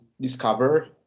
discover